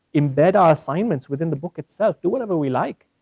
embed our assignments within the book itself, do whatever we like,